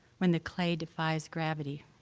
when the clay defies gravity.